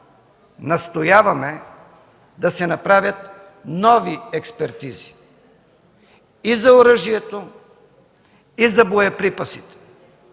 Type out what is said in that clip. настояваме да се направят нови експертизи и за оръжието, и за боеприпасите.